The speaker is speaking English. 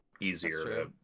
Easier